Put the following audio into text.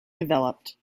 developed